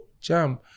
jam